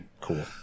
cool